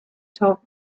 taught